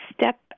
step